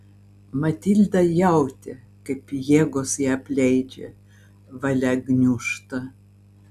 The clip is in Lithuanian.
matilda jautė kaip jėgos ją apleidžia valia gniūžta